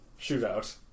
shootout